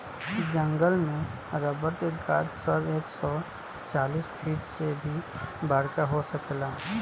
जंगल में रबर के गाछ सब एक सौ चालीस फिट से भी बड़का हो सकेला